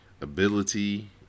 ability